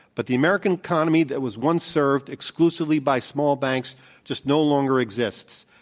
but the american economy that was once served exclusively by small banks just no longer exists.